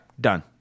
Done